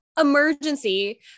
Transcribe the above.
emergency